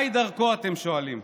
מהי דרכו, אתם שואלים.